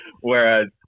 whereas